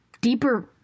deeper